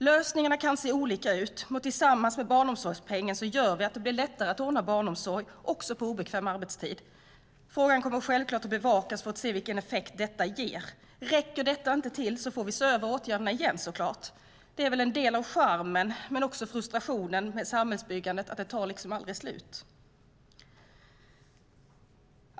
Lösningarna kan se olika ut, och tillsammans med barnomsorgspengen gör vi att det blir lättare att ordna barnomsorg också på obekväm arbetstid. Frågan kommer självklart att bevakas för att se vilken effekt detta ger. Räcker det inte till får vi såklart se över åtgärderna igen. Det är väl en del av charmen men också frustrationen med samhällsbyggande att det aldrig tar slut. Herr talman!